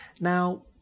Now